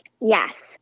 Yes